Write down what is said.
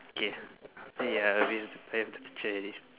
K uh ya we have the picture already